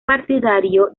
partidario